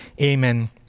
Amen